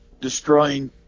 destroying